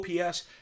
OPS